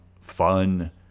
fun